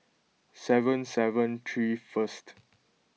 seven seven three first